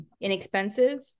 inexpensive